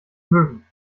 mögen